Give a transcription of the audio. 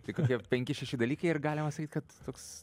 tai kokie penki šeši dalykai ir galima sakyt kad toks